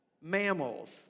mammals